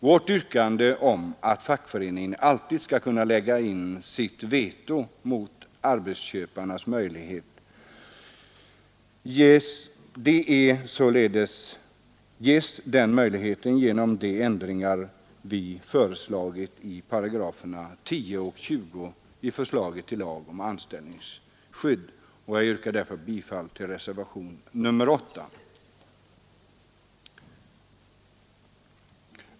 Vårt yrkande om att fackföreningen alltid skall kunna lägga in sitt veto mot arbetsköparna möjliggörs genom de ändringar vi föreslagit i 10 § och 20 § i förslaget till lag om anställningsskydd. Jag yrkar därför bifall till reservationen 8.